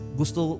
gusto